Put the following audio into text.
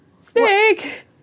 Snake